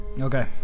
Okay